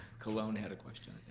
colon had a question,